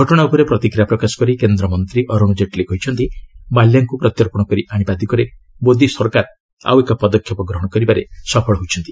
ଘଟଣା ଉପରେ ପ୍ରତିକ୍ରିୟା ପ୍ରକାଶ କରି କେନ୍ଦ୍ରମନ୍ତ୍ରୀ ଅରୁଣ ଜେଟ୍ଲୀ କହିଛନ୍ତି ମାଲ୍ୟାକୁ ପ୍ରତ୍ୟର୍ପଣ କରି ଆଶିବା ଦିଗରେ ମୋଦି ସରକାର ଆଉ ଏକ ପଦକ୍ଷେପ ଗ୍ରହଣ କରିବାରେ ସଫଳ ହୋଇଛନ୍ତି